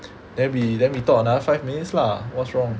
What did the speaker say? then we then we talk another five minutes lah what's wrong